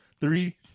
Three